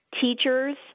teachers